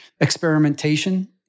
experimentation